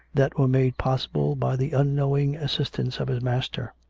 that were made possible by the unknowing assistance of his master.